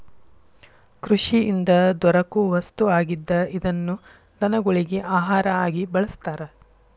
ಕೃಷಿಯಿಂದ ದೊರಕು ವಸ್ತು ಆಗಿದ್ದ ಇದನ್ನ ದನಗೊಳಗಿ ಆಹಾರಾ ಆಗಿ ಬಳಸ್ತಾರ